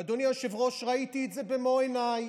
ואדוני היושב-ראש, ראיתי את זה במו עיניי,